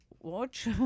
watch